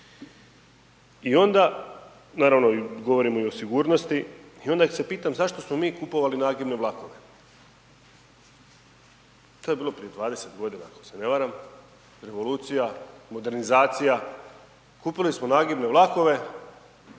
I onda naravno, govorimo i o sigurnosti i onda se pitam zašto smo mi kupovali nagibne vlakove? To je bilo prije 20 godina ako se ne varam, revolucija, modernizacija, kupili smo nagibne vlakove